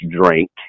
drink